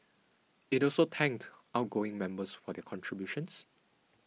it also thanked outgoing members for their contributions